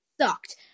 Sucked